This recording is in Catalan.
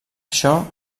això